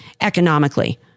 economically